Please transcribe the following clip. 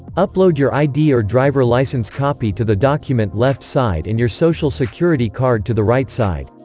upload your id or driver licence copy to the document left side and your social security card to the right side.